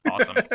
awesome